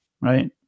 right